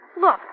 Look